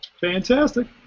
Fantastic